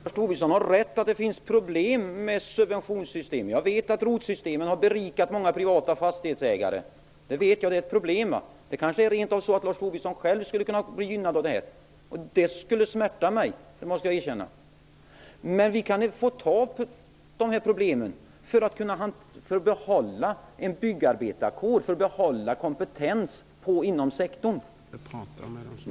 Herr talman! Lars Tobisson har rätt i att det finns problem med subventionssystem. Jag vet att ROT systemet har berikat många privata fastighetsägare. Det är kanske rent av så att Lars Tobisson själv skulle kunna bli gynnad av det. Det skulle smärta mig, måste jag erkänna. Men vi får ta de här problemen för att kunna behålla en byggarbetarkår, för att behålla kompetensen inom sektorn.